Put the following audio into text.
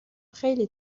خیلی